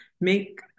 Make